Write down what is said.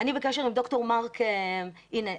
הנה,